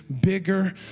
bigger